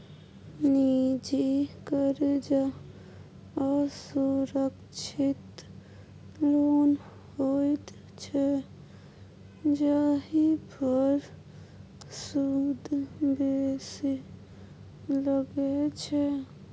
निजी करजा असुरक्षित लोन होइत छै जाहि पर सुद बेसी लगै छै